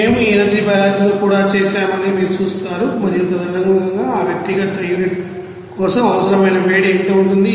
మేము ఆ energy balance ను కూడా చేశామని మీరు చూస్తారు మరియు తదనుగుణంగా ఆ వ్యక్తిగత యూనిట్ కోసం అవసరమైన వేడి ఎంత ఉంటుంది